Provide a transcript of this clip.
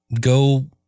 go